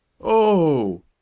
Oh